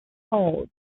cold